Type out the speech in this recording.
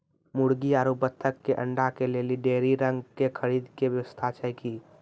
मुर्गी आरु बत्तक के अंडा के लेली डेयरी रंग के खरीद के व्यवस्था छै कि?